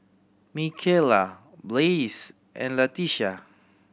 Mikaela Blaise and Latisha